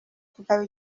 kugaba